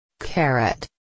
Carrot